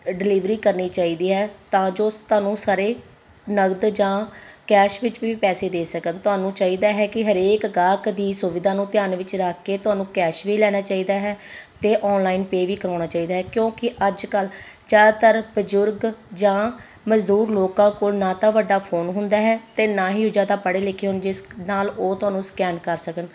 delivery ਕਰਨੀ ਚਾਹੀਦੀ ਹੈ ਤਾਂ ਜੋ ਤੁਹਾਨੂੰ ਸਾਰੇ ਨਗਦ ਜਾਂ ਕੈਸ਼ ਵਿੱਚ ਵੀ ਪੈਸੇ ਦੇ ਸਕਣ ਤੁਹਾਨੂੰ ਚਾਹੀਦਾ ਹੈ ਕਿ ਹਰੇਕ ਗਾਹਕ ਦੀ ਸੁਵਿਧਾ ਨੂੰ ਧਿਆਨ ਵਿੱਚ ਰੱਖ ਕੇ ਤੁਹਾਨੂੰ ਕੈਸ਼ ਵੀ ਲੈਣਾ ਚਾਹੀਦਾ ਹੈ ਅਤੇ ਔਨਲਾਈਨ ਪੇਅ ਵੀ ਕਰਵਾਉਣਾ ਚਾਹੀਦਾ ਹੈ ਕਿਉਂਕਿ ਅੱਜ ਕੱਲ੍ਹ ਜ਼ਿਆਦਾਤਰ ਬਜ਼ੁਰਗ ਜਾਂ ਮਜ਼ਦੂਰ ਲੋਕਾਂ ਕੋਲ ਨਾ ਤਾਂ ਵੱਡਾ ਫੋਨ ਹੁੰਦਾ ਹੈ ਅਤੇ ਨਾ ਹੀ ਉਹ ਜ਼ਿਆਦਾ ਪੜ੍ਹੇ ਲਿਖੇ ਹੋਣ ਜਿਸ ਨਾਲ ਉਹ ਤੁਹਾਨੂੰ ਸਕੈਨ ਕਰ ਸਕਣ